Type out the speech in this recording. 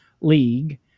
league